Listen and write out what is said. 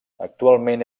actualment